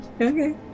okay